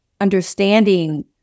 understanding